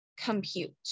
compute